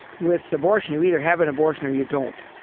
with abortion, you either have an abortion or you don't.